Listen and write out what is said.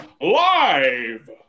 Live